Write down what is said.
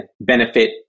benefit